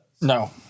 No